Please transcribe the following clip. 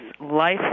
life